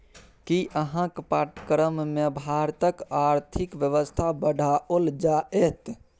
कि अहाँक पाठ्यक्रममे भारतक आर्थिक व्यवस्था पढ़ाओल जाएत?